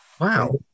Wow